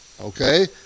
okay